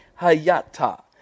Hayata